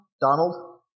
Donald